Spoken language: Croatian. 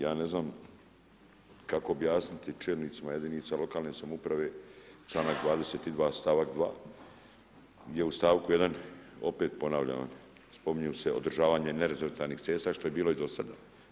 Jel ja ne znam kako objasniti čelnicima jedinica lokalne samouprave članak 22. stavak 2. gdje u stavku 1. opet ponavljam, spominju se održavanje nerazvrstanih cesta što je bilo i do sada.